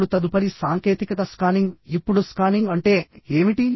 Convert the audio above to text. ఇప్పుడు తదుపరి సాంకేతికత స్కానింగ్ఇప్పుడు స్కానింగ్ అంటే ఏమిటి